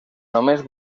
només